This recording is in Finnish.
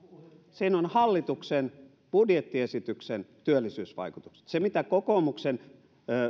siinä on hallituksen budjettiesityksen työllisyysvaikutukset se mitä kokoomuksen